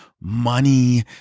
money